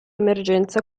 emergenza